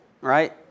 right